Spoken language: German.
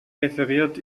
referiert